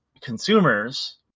consumers